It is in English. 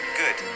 good